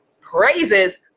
praises